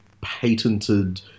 patented